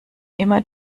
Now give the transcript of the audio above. immer